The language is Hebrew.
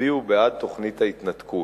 שהצביעו בעד תוכנית ההתנתקות.